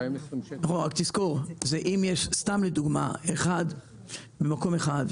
אם יש אחד במקום אחד,